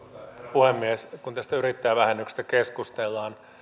puhemies kun tästä yrittäjävähennyksestä keskustellaan